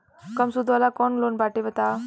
कम सूद वाला कौन लोन बाटे बताव?